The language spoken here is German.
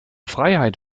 freiheit